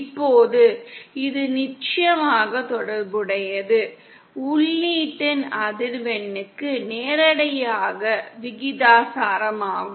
இப்போது இது நிச்சயமாக தொடர்புடையது உள்ளீட்டின் அதிர்வெண்ணுக்கு நேரடியாக விகிதாசாரமாகும்